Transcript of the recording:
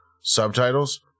subtitles